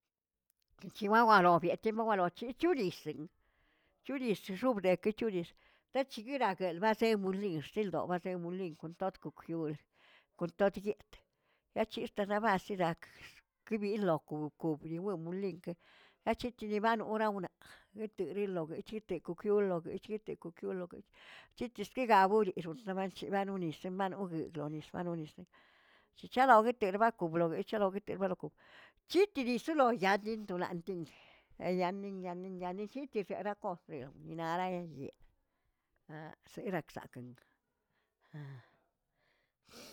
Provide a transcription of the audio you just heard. Chiwawa lotbyet malochi choliseꞌn choliseꞌn xobnekeꞌ choblis tachirakbel maselbulix cheldoꞌb maselbulix kon toktok jiul, kon toꞌt yeꞌtꞌ, achirt arabasisadak kibinloko kobibyenmolinkeꞌ achichebanorawnoj etereꞌlogueꞌ echetekokiolog echetekokilogꞌ chikikxsgaboxegoꞌ chibanonis banoguedꞌnis chachalaogueterba koglobachereba baloko chitidisilo yaadindonaꞌlting enñamen-ñamen-ñamensitirira'kofme naꞌaraanyeꞌ serakzaꞌkni.